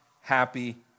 happy